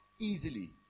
easily